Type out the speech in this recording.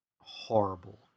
horrible